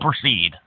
proceed